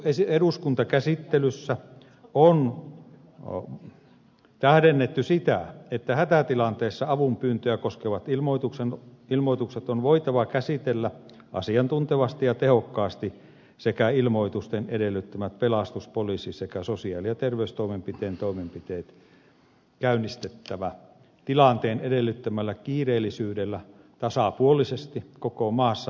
uudistuksen eduskuntakäsittelyssä on tähdennetty sitä että hätätilanteessa avunpyyntöjä koskevat ilmoitukset on voitava käsitellä asiantuntevasti ja tehokkaasti sekä ilmoitusten edellyttämät pelastus poliisi sekä sosiaali ja terveystoimen toimenpiteet käynnistettävä tilanteen edellyttämällä kiireellisyydellä tasapuolisesti koko maassa vuorokaudenajasta riippumatta